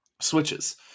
switches